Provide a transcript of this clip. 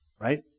right